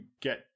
get